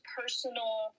personal